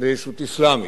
לישות אסלאמית,